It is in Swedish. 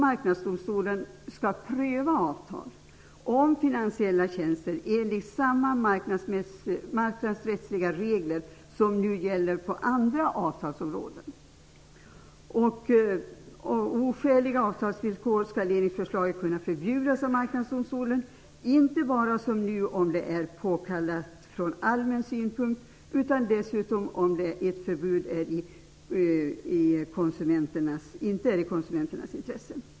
Marknadsdomstolen skall pröva avtal om finansiella tjänster enligt samma marknadsrättsliga regler som gäller på andra avtalsområden. Oskäliga avtalsvillkor skall enligt förslaget kunna förbjudas av Marknadsdomstolen -- men inte bara, som nu, om det är påkallat från allmän synpunkt utan också om ett förbud inte överensstämmer med konsumenternas intressen.